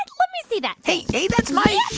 and let me see that hey, hey, that's mine